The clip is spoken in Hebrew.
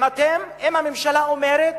אם אתם, אם הממשלה אומרת